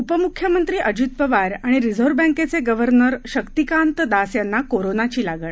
उपमुख्यमंत्री अजित पवार आणि रिझर्व्ह बँकेचे गव्हर्नर शक्तिकांत दास यांना कोरोनाची लागण